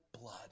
blood